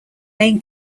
main